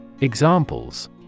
Examples